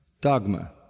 dogma